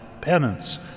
penance